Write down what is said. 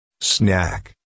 snack